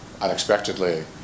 unexpectedly